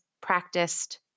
practiced